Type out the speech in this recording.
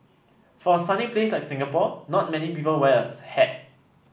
for a sunny place like Singapore not many people wears hat